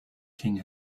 king